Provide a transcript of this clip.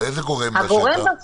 איזה גורם בשטח?